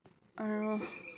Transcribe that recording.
আৰু